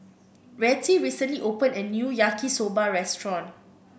Rettie recently opened a new Yaki Soba restaurant